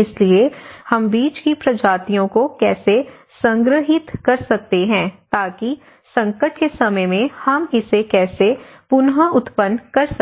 इसलिए हम बीज की प्रजातियों को कैसे संग्रहीत कर सकते हैं ताकि संकट के समय में हम इसे कैसे पुन उत्पन्न कर सकें